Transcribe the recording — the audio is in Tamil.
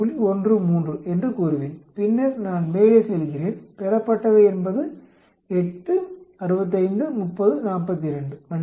13 என்று கூறுவேன் பின்னர் நான் மேலே செல்கிறேன் பெறப்பட்டவை என்பது 8 65 30 42 மன்னிக்கவும்